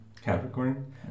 Capricorn